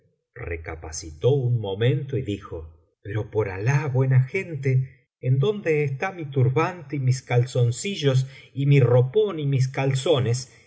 recapacitó un momento y dijo pero por alah buena gente en dónde está mi turbante y mis calzoncillos y mi ropón y mis calzones